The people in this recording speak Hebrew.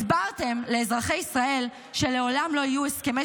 -- הסברתם לאזרחי ישראל שלעולם לא יהיו הסכמי